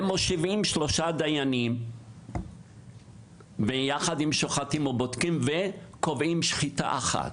הם הושיבו שלושה דיינים ביחד עם שוחטים כדי לקבוע שחיטה אחת.